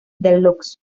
deluxe